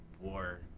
war